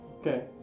Okay